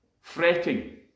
Fretting